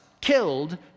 killed